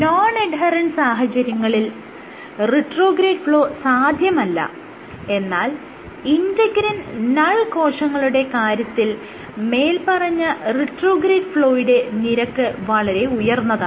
non adherent സാഹചര്യങ്ങളിൽ retrograde flow സാധ്യമല്ല എന്നാൽ ഇന്റെഗ്രിൻ നൾ കോശങ്ങളുടെ കാര്യത്തിൽ മേല്പറഞ്ഞ റിട്രോഗ്രേഡ് ഫ്ലോയുടെ നിരക്ക് വളരെ ഉയർന്നതാണ്